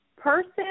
person